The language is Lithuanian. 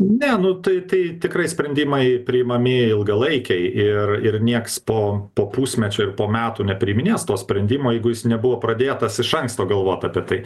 ne nu tai tai tikrai sprendimai priimami ilgalaikiai ir ir nieks po po pusmečio ir po metų nepriiminės to sprendimo jeigu jis nebuvo pradėtas iš anksto galvot apie tai